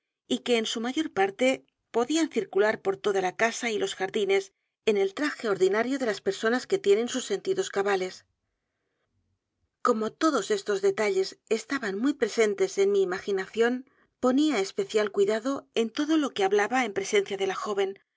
y que en su mayor p a r t e podían circular por toda la casa y los jardines en el traje ordinario de las personas que tienen sus sentidos cabales como todos estos detalles estaban muy presentes en edgar poe novelas y cuentos mi imaginación ponía especial cuidado en todo lo que hablaba en presencia de la joven